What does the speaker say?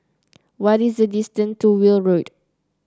what is the distance to Weld Road